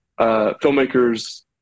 filmmakers